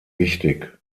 wichtig